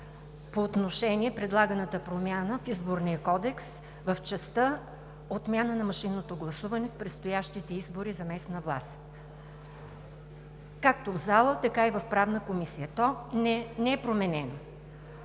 по отношение предлаганата промяна в Изборния кодекс, в частта „Отмяна на машинното гласуване в предстоящите избори за местна власт“ както в залата, така и в Правната комисия. То не е променено.